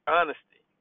Honesty